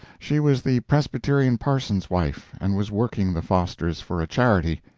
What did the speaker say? she was the presbyterian parson's wife, and was working the fosters for a charity.